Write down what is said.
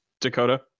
Dakota